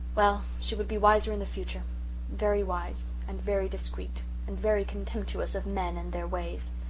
well, she would be wiser in the future very wise and very discreet and very contemptuous of men and their ways.